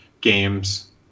games